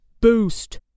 Boost